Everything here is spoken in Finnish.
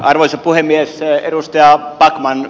backman te puhutte hyvin